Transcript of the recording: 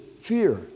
Fear